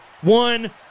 one